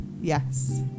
Yes